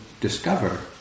discover